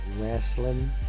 Wrestling